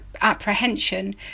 apprehension